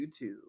YouTube